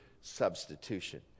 substitution